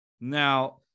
Now